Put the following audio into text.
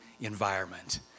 environment